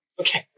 okay